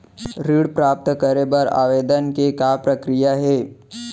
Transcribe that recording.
ऋण प्राप्त करे बर आवेदन के का प्रक्रिया हे?